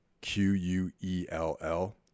Q-U-E-L-L